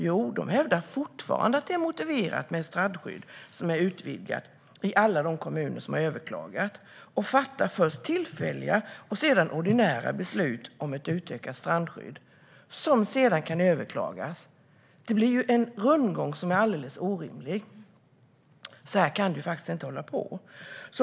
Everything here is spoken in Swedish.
Jo, de hävdar fortfarande att det är motiverat med ett utvidgat strandskydd i alla de kommuner som har överklagat. Först fattar länsstyrelserna tillfälliga och sedan slutliga beslut om ett utökat strandskydd - beslut som sedan kan överklagas. Det blir en alldeles orimlig rundgång. Så här kan det inte få hålla på.